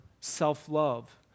self-love